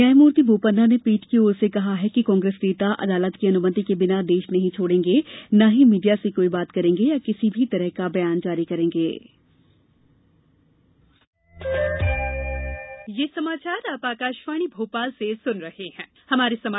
न्यायमूर्ति बोपन्ना ने पीठ की ओर से कहा कि कांग्रेस नेता अदालत की अनुमति के बिना देश नहीं छोड़ेंगे और न ही मीडिया से कोई बात करेंगे या किसी भी तरह का बयान जारी करेंगे